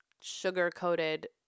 sugar-coated